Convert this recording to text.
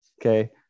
okay